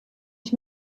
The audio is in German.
ich